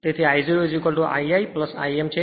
તેથી I 0I i I m છે